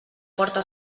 porta